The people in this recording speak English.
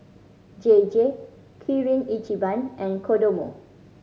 J J Kirin Ichiban and Kodomo